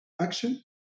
action